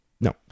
no